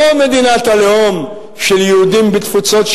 לא מדינת הלאום של יהודים בתפוצות,